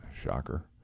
Shocker